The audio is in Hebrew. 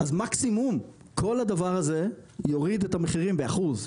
אז מקסימום כל הדבר הזה יוריד את המחירים באחוז,